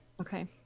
Okay